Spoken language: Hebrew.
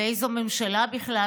ואיזו ממשלה בכלל?